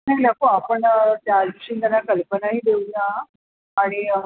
नाही असो आपण त्याविषयी त्यांना कल्पनाही देऊया आणि